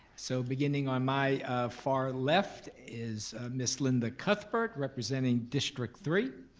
so beginning on my far left is miss linda cuthbert, representing district three.